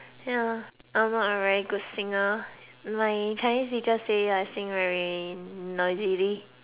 ya I'm not a very good singer my Chinese teacher say I sing very noisily